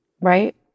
right